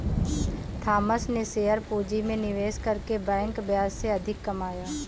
Thomas ने share पूंजी में निवेश करके बैंक ब्याज से अधिक कमाया